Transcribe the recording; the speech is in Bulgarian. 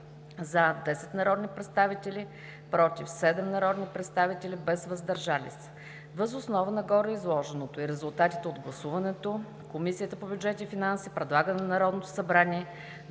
– 10 народни представители, „против” – 7 народни представители, без „въздържали се”. Въз основа на гореизложеното и резултатите от гласуването Комисията по бюджет и финанси предлага на Народното събрание